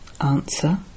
Answer